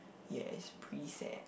yea is pretty sad